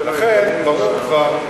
ולכן ברור כבר,